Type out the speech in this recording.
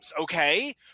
Okay